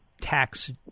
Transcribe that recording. tax